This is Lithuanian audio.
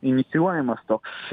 inicijuojamas toks